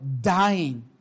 dying